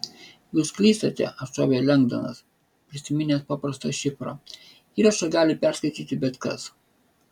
jūs klystate atšovė lengdonas prisiminęs paprastą šifrą įrašą gali perskaityti bet kas